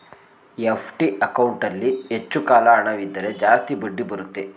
FD ಅಕೌಂಟಲ್ಲಿ ಹೆಚ್ಚು ಕಾಲ ಹಣವಿದ್ದರೆ ಜಾಸ್ತಿ ಬಡ್ಡಿ ಬರುತ್ತೆ